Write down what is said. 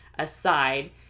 Aside